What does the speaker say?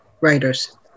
writers